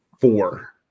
four